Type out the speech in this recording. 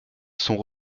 sont